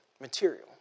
material